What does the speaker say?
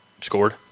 scored